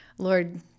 Lord